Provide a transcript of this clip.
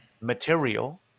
material